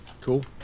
Cool